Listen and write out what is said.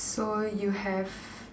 so you have